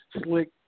slick